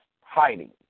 hiding